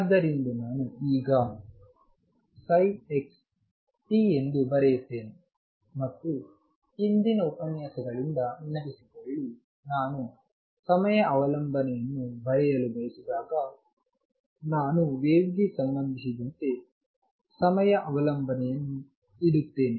ಆದ್ದರಿಂದ ನಾನು ಈಗ psi xt ಎಂದು ಬರೆಯುತ್ತೇನೆ ಮತ್ತು ಹಿಂದಿನ ಉಪನ್ಯಾಸಗಳಿಂದ ನೆನಪಿಸಿಕೊಳ್ಳಿ ನಾನು ಸಮಯ ಅವಲಂಬನೆಯನ್ನು ಬರೆಯಲು ಬಯಸಿದಾಗ ನಾನು ವೇವ್ ಗೆ ಸಂಭವಿಸಿದಂತೆ ಸಮಯ ಅವಲಂಬನೆಯನ್ನು ಇಡುತ್ತೇನೆ